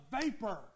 vapor